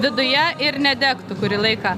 viduje ir nedegtų kurį laiką